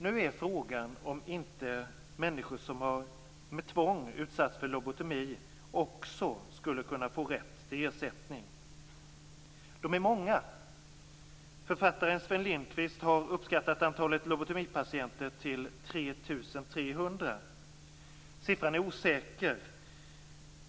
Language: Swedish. Nu är frågan om inte människor som med tvång har utsatts för lobotomi också skulle kunna få rätt till ersättning. De är många. Författaren Sven Lindqvist har uppskattat antalet lobotomipatienter till 3 300. Siffran är osäker.